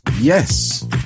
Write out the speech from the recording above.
yes